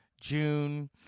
June